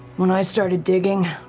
when i started digging,